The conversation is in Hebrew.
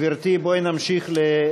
גברתי, בואי נמשיך,